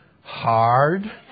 hard